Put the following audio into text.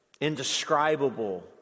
indescribable